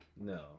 No